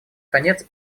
конец